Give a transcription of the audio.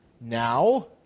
Now